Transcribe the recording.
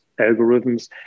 algorithms